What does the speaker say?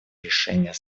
решений